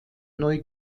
neu